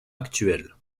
actuel